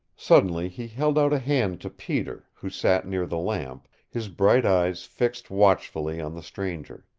suddenly he held out a hand to peter, who sat near the lamp, his bright eyes fixed watchfully on the stranger.